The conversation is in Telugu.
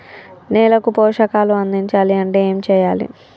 నేలకు పోషకాలు అందించాలి అంటే ఏం చెయ్యాలి?